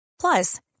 Plus